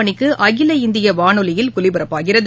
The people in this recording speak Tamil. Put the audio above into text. மணிக்குஅகில இந்தியவானொலியில் ஒலிபரப்பாகிறது